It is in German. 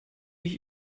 ich